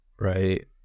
right